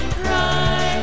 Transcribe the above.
cry